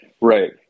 Right